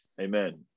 Amen